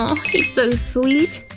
he's so sweet.